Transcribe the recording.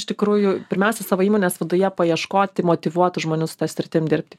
iš tikrųjų pirmiausia savo įmonės viduje paieškoti motyvuotų žmonių su ta sritim dirbti